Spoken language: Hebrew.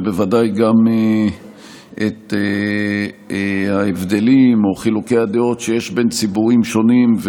ובוודאי את ההבדלים או חילוקי הדעות שיש בין ציבורים שונים,